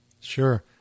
Sure